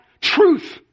truth